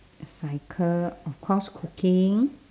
cycle of course cooking